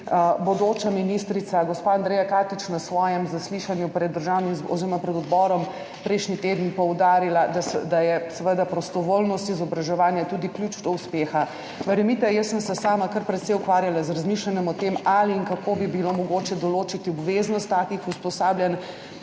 bodoča ministrica, gospa Andreja Katič, na svojem zaslišanju pred odborom prejšnji teden poudarila, da je seveda prostovoljnost izobraževanja tudi ključ do uspeha. Verjemite, jaz sem se sama kar precej ukvarjala z razmišljanjem o tem, ali in kako bi bilo mogoče določiti obveznost takih usposabljanj,